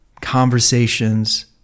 conversations